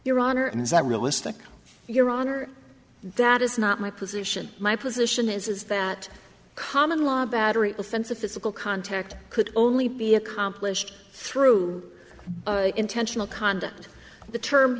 your honor and is that realistic your honor that is not my position my position is that common law battery offense of physical contact could only be accomplished through intentional conduct the term